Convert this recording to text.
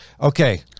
okay